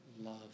love